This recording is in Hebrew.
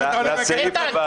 איתן,